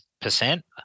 percent